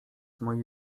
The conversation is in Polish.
moi